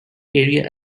area